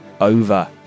over